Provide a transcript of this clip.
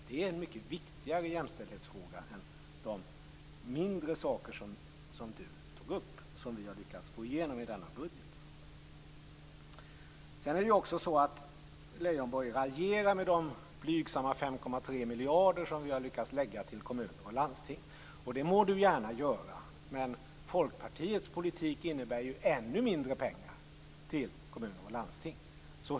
Detta är en mycket viktigare jämställdhetsfråga än de mindre saker som Lars Leijonborg tog upp att vi har lyckats få igenom i denna budget. Lars Leijonborg raljerar också om de blygsamma 5,3 miljarder som vi har lyckats lägga på kommuner och landsting. Det må han gärna göra, men Folkpartiets politik innebär ännu mindre pengar till kommuner och landsting.